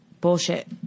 Bullshit